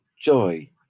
joy